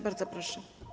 Bardzo proszę.